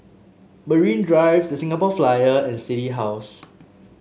Marine Drive The Singapore Flyer and City House